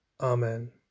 Amen